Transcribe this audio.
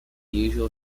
usual